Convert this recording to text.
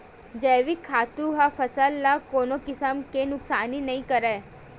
जइविक खातू ह फसल ल कोनो किसम के नुकसानी नइ करय